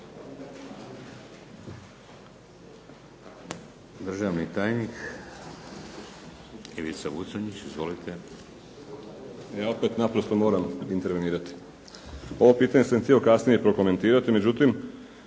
Državni tajnik Ivica Buconjić. Izvolite. **Buconjić, Ivica (HDZ)** Ja opet naprosto moram intervenirati. Ovo pitanje sam htio kasnije prokomentirati, međutim